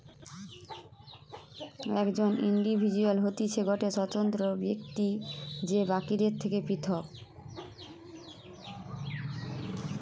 একজন ইন্ডিভিজুয়াল হতিছে গটে স্বতন্ত্র ব্যক্তি যে বাকিদের থেকে পৃথক